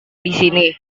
disini